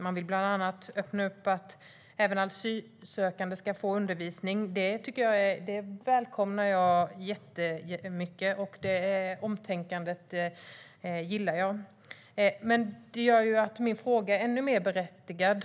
Man vill bland annat öppna för att även asylsökande ska få undervisning. Det välkomnar jag jättemycket. Jag gillar det omtänkandet. Men det gör också att min fråga är ännu mer berättigad.